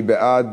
מי בעד?